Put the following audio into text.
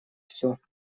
все